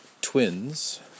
twins